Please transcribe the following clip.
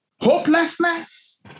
hopelessness